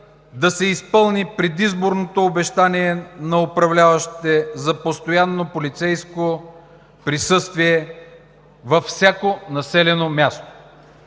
да се изпълни предизборното обещание на управляващите за постоянно полицейско присъствие във всяко населено място.